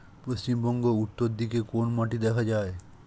পশ্চিমবঙ্গ উত্তর দিকে কোন মাটি দেখা যায়?